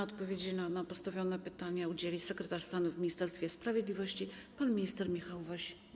Odpowiedzi na postawione pytania udzieli sekretarz stanu w Ministerstwie Sprawiedliwości pan minister Michał Woś.